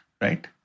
right